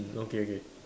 okay okay